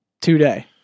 Today